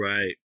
Right